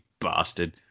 bastard